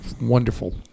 wonderful